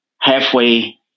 halfway